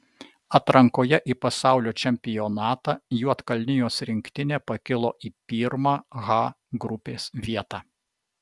atrankoje į pasaulio čempionatą juodkalnijos rinktinė pakilo į pirmą h grupės vietą